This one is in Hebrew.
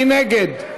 מי נגד?